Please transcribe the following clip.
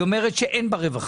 היא אומרת שאין ברווחה.